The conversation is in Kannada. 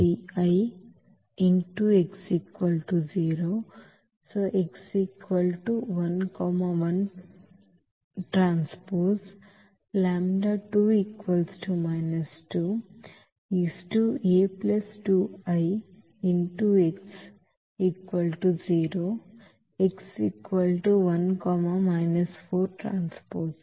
So